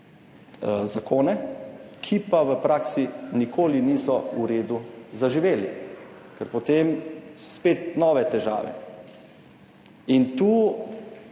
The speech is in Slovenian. zakone, ki pa v praksi nikoli niso v redu zaživeli, ker potem so spet nove težave. In tu,